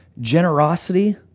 generosity